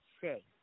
say